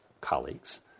colleagues